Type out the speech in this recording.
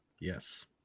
yes